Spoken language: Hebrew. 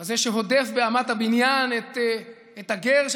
כזה שהודף באמת הבניין את הגר,